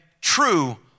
true